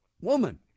woman